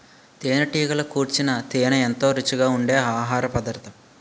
తేనెటీగలు కూర్చిన తేనే ఎంతో రుచిగా ఉండె ఆహారపదార్థం